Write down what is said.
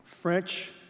French